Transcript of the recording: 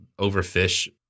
overfish